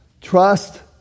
Trust